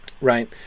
Right